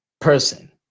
person